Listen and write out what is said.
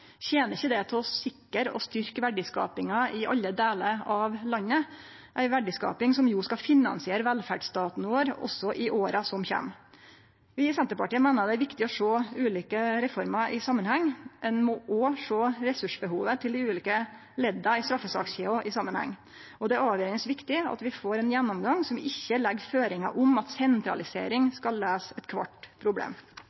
tener ikkje det til å sikre og styrkje verdiskapinga i alle delar av landet, ei verdiskaping som jo skal finansiere velferdsstaten vår også i åra som kjem. Vi i Senterpartiet meiner det er viktig å sjå ulike reformer i samanheng. Ein må òg sjå ressursbehovet til dei ulike ledda i straffesakskjeda i samanheng. Det er avgjerande viktig at vi får ein gjennomgang som ikkje legg føringar om at